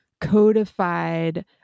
codified